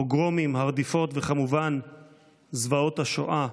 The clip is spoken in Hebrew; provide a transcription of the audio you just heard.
הפוגרומים, הרדיפות וכמובן זוועות השואה,